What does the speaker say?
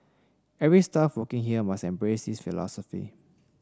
every staff working here must embrace this philosophy